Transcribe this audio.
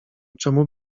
czem